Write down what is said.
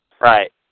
Right